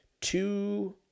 two